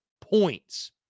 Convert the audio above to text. points